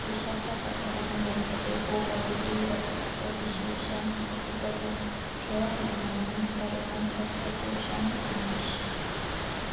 विशाखपट्टनं जनपदे O positive रक्तविशेषम् उपलभ्यमानान् सर्वान् रक्तकोषान् अन्विश